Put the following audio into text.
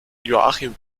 joachim